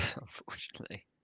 unfortunately